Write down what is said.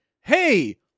Hey